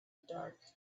dark